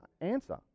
answer